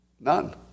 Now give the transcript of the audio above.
None